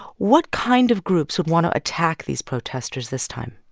what kind of groups would want to attack these protesters this time?